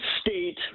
state